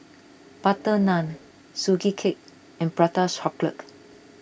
Butter Naan Sugee Cake and Prata Chocolate